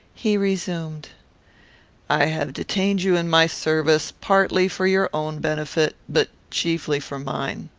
he resumed i have detained you in my service, partly for your own benefit, but chiefly for mine.